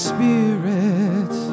Spirit